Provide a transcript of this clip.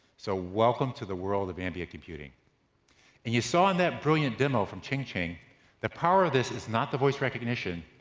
so welcome to the world of ambient computing and you saw in that brilliant demo from ching ching the power of this is not the voice recognition,